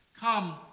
Come